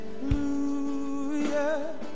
hallelujah